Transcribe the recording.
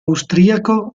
austriaco